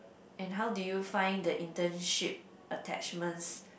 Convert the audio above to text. and how do you find the internship attachments